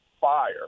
fire